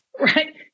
right